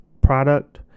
product